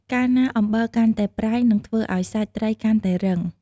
កាលណាអំបិលកាន់តែប្រៃ នឹងធ្វើឱ្យសាច់ត្រីកាន់តែរឹង។